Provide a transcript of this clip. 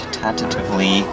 tentatively